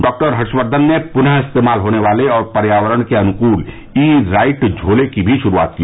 doctor Harshvardhan ने पुनः इस्तेमाल होने वाले और पर्यावरण के अनुकूल ई राइट झोला की भी शुरूआत की